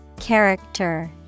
Character